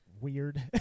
weird